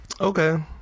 okay